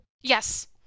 Yes